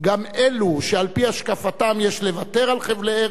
גם אלו שעל-פי השקפתם יש לוותר על חבלי ארץ,